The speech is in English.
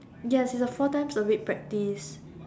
ya it's a four time a week practice